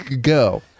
Go